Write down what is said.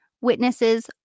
witnesses